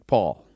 Paul